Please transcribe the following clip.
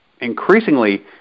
increasingly